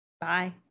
Bye